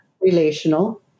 relational